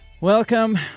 Welcome